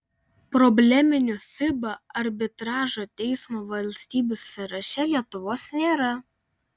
probleminių fiba arbitražo teismo valstybių sąraše lietuvos nėra